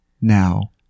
now